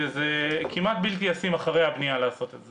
וזה כמעט בלתי ישים אחרי הבניה לעשות את זה.